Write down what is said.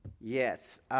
Yes